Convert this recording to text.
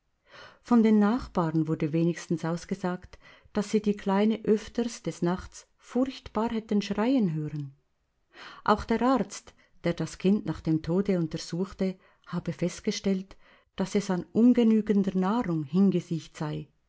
von den nachbarn wurde wenigstens ausgesagt daß sie die kleine öfters des nachts furchtbar hätten schreien hören auch der arzt der das kind nach dem tode untersuchte habe festgestellt daß es an ungenügender nahrung hingesiecht sei